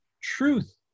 truth